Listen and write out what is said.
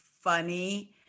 funny